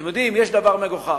אתם יודעים, יש דבר מגוחך,